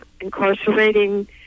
incarcerating